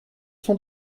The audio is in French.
sont